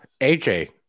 AJ